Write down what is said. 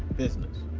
business.